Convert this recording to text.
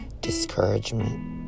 discouragement